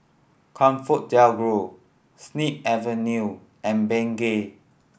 ComfortDelGro Snip Avenue and Bengay